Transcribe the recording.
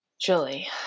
Julie